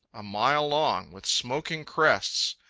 a mile long, with smoking crests,